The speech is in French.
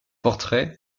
portraits